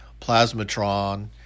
Plasmatron